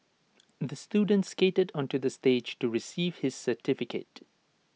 the student skated onto the stage to receive his certificate